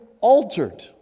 altered